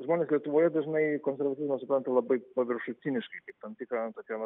žmonės lietuvoje dažnai konservatizmą supranta labai paviršutiniškai kaip tam tikrą tokį vat